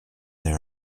there